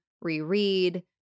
reread